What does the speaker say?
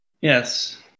Yes